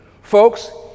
Folks